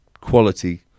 quality